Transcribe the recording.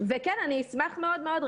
וכן אני אשמח מאוד מאוד.